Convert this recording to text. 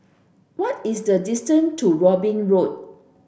what is the distance to Robin Road